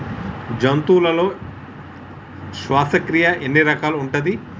జంతువులలో శ్వాసక్రియ ఎన్ని రకాలు ఉంటది?